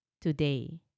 today